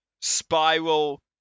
Spiral